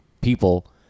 people